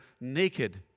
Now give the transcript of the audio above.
naked